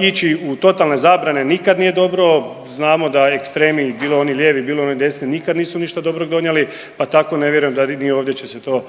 ići u totalne zabrane nikad nije dobro, znamo da ekstremi, bilo oni lijevi bilo oni desni nikad nisu ništa dobrog donijeli, pa tako ne vjerujem ni ovdje će se to